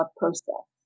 process